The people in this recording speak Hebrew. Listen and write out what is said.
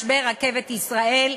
משבר רכבת ישראל,